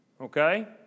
Okay